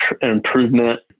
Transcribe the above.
improvement